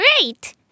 great